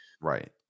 Right